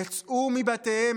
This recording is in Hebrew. יצאו מבתיהם,